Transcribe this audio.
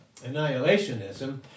annihilationism